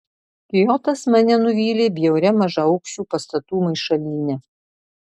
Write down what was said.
kiotas mane nuvylė bjauria mažaaukščių pastatų maišalyne